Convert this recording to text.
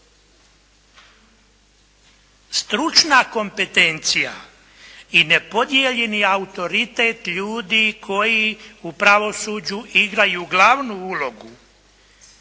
stručna kompetencija i ne podijeljeni autoritet ljudi koji u pravosuđu igraju glavnu ulogu.